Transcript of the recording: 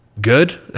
good